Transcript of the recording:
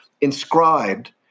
inscribed